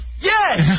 Yes